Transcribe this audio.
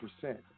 percent